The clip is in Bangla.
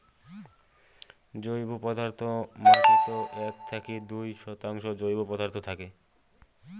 জৈব পদার্থ মাটিত এক থাকি দুই শতাংশ জৈব পদার্থ থাকে